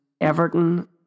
Everton